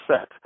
set